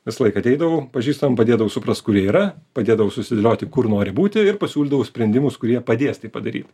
visąlaik ateidavau pažįstamam padėdavau suprast kur jie yra padėdavau susidėlioti kur nori būti ir pasiūlydavau sprendimus kurie padės tai padaryt